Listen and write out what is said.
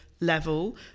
Level